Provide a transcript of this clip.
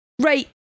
Right